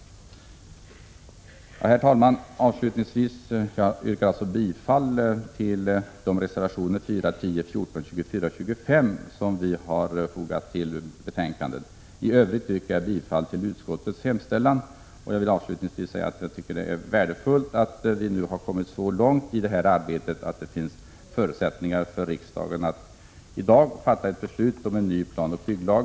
Herr talman! Avslutningsvis yrkar jag bifall till reservationerna 4, 10, 14, 24 och 25. I övrigt yrkar jag bifall till utskottets hemställan. Jag tycker att det är värdefullt att vi nu har kommit så långt i det här arbetet att det finns förutsättningar för riksdagen att i dag fatta ett beslut om en ny planoch bygglag.